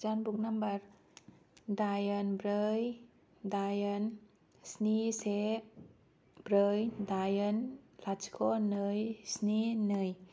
जानबुं नाम्बार दाइन ब्रै दाइन स्नि से ब्रै दाइन लाथिख' नै स्नि नै